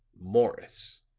morris!